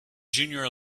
junior